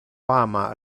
ama